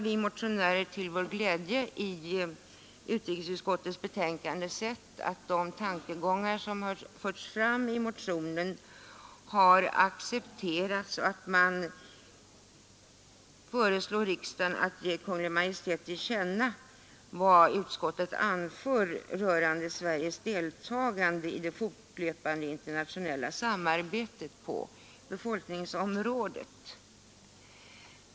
Vi motionärer har till vår glädje i utrikesutskottets betänkande sett att de tankegångar som vi fört fram i motionen har accepterats och att man föreslår riksdagen att ge Kungl. Maj:t till känna vad utskottet anfört rörande Sveriges deltagande i det fortlöpande internationella samarbetet på befolkningsområdet.